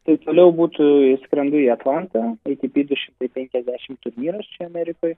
tai toliau būtų išskrendu į atlantą i ti pi du šimtai penkiasdešimt turnyras čia amerikoj